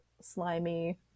slimy